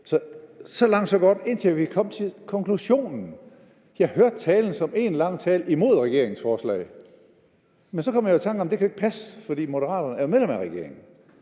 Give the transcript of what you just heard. Så langt så godt. Indtil vi kom til konklusionen, hørte jeg talen som en lang tale imod regeringens forslag, men så kom jeg i tanke om, at det ikke kan passe, for Moderaterne er jo med i regeringen.